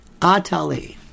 Atali